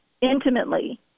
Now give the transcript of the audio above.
intimately